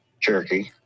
Cherokee